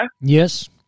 Yes